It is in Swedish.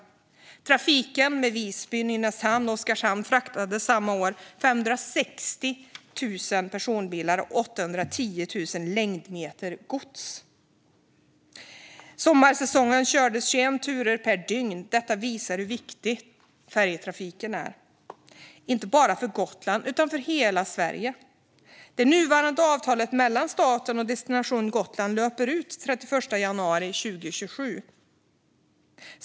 I trafiken mellan Visby och Nynäshamn och Oskarshamn fraktades samma år 560 000 personbilar och 810 000 längdmeter gods. Under sommarsäsongen kördes det 21 turer per dygn. Detta visar hur viktig färjetrafiken är, inte bara för Gotland utan för hela Sverige. Det nuvarande avtalet mellan staten och Destination Gotland löper ut den 31 januari 2027.